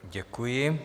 Děkuji.